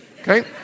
okay